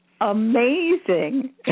amazing